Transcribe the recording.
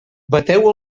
bateu